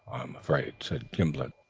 i'm afraid, said gimblet.